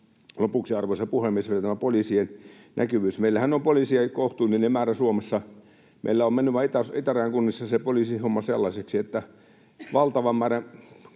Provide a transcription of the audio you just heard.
lopuksi, arvoisa puhemies, oli tämä poliisien näkyvyys. Meillähän on poliiseja kohtuullinen määrä Suomessa. Meillä on vain mennyt itärajan kunnissa se poliisihomma sellaiseksi, että valtava määrä